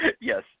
Yes